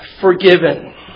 forgiven